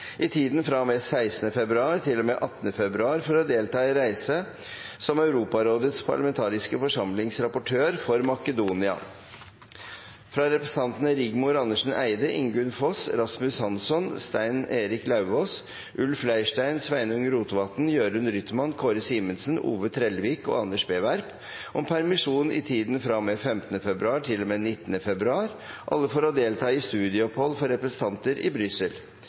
i tiden fra og med 16. februar til og med 18. februar for å delta i reise som Europarådets parlamentariske forsamlings rapportør for Makedonia fra representantene Rigmor Andersen Eide, Ingunn Foss, Rasmus Hansson, Stein Erik Lauvås, Ulf Leirstein, Sveinung Rotevatn, Jørund Rytman, Kåre Simensen, Ove Bernt Trellevik og Anders B. Werp om permisjon i tiden fra og med 15. februar til og med 19. februar – alle for å delta i studieopphold for representanter i